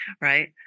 right